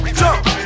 jump